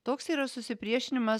toks yra susipriešinimas